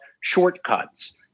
shortcuts